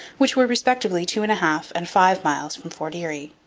which were respectively two and a half and five miles from fort erie.